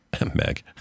Meg